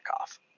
off